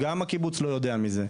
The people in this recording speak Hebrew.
גם הקיבוץ לא יודע מזה.